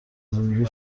زندگی